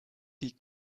die